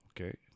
Okay